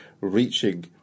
reaching